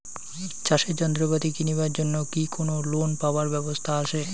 চাষের যন্ত্রপাতি কিনিবার জন্য কি কোনো লোন পাবার ব্যবস্থা আসে?